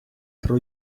про